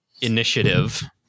initiative